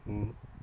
mm